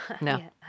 No